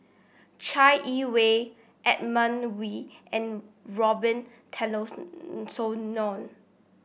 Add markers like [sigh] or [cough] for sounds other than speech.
Chai Yee Wei Edmund Wee and Robin [unintelligible]